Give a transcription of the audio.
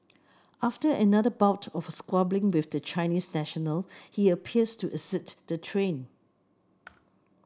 after another bout of squabbling with the Chinese national he appears to exit the train